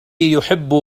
يحب